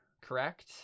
correct